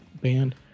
band